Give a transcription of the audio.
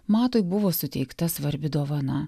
matui buvo suteikta svarbi dovana